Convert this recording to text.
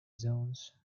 zones